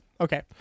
Okay